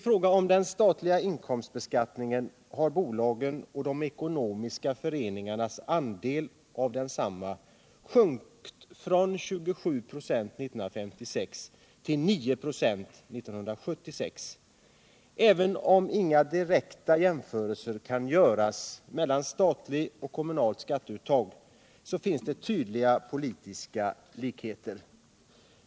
Bolagens och de ekonomiska föreningarnas andel av den statliga inkomstbeskattningen har minskat från 27 926 1956 till 9 926 1976. Även om inga direkta jämförelser kan göras mellan statligt och kommunalt skatteuttag så finns det tydliga politiska likheter.